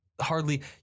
hardly